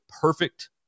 perfect